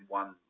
one